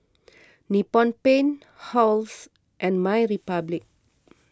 Nippon Paint Halls and My Republic